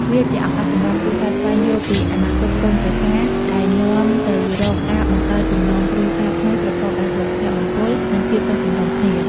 វាជាឱកាសសម្រាប់គ្រួសារស្វែងយល់ពីអនាគតកូនប្រសា ដែលនាំទៅរកការបង្កើតចំណងគ្រួសារថ្មីប្រកបដោយសុភមង្គល និងភាពចុះសម្រុងគ្នា។